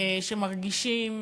שמרגישים